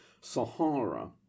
Sahara